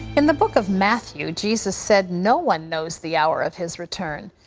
in the book of matthew, jesus said no one knows the hour of his return,